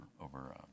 over